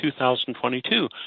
2022